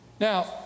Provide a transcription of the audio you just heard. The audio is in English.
now